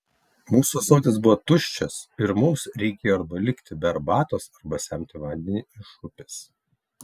mūsų ąsotis buvo tuščias ir mums reikėjo arba likti be arbatos arba semti vandenį iš upės